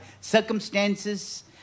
circumstances